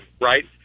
right